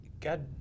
God